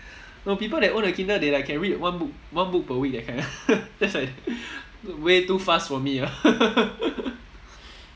no people that own a kindle they like can read one book one book per week that kind that's like way too fast for me ah